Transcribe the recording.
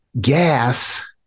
Gas